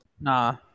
Nah